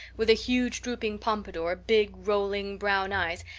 with a huge, drooping pompadour, big, rolling brown eyes,